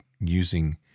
using